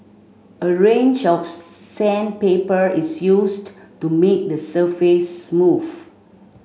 a range of sandpaper is used to make the surface smooth